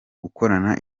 gukorana